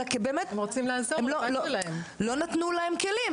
אלא כי באמת לא נתנו להם כלים.